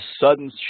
sudden